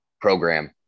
program